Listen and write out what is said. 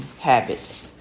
habits